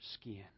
skin